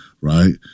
right